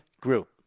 group